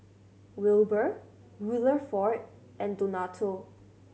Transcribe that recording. Wilber Rutherford and Donato